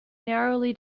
narrowly